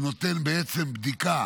שנותן בעצם בדיקה